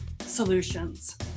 solutions